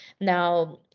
Now